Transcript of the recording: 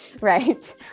right